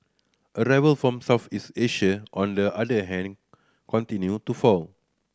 arrival from Southeast Asia on the other hand continued to fall